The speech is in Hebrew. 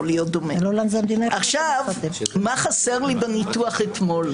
מה חסר לי בניתוח אתמול,